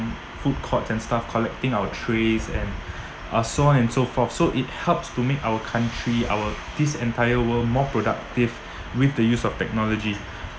food court and stuff collecting our trays and uh so on and so forth so it helps to make our country our this entire world more productive with the use of technology